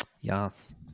Yes